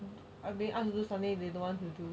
suddenly they don't want to do